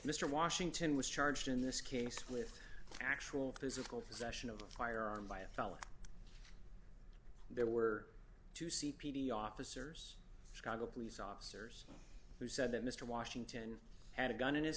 mr washington was charged in this case with actual physical possession of a firearm by a felon there were two c p b officers chicago police officers who said that mr washington had a gun in his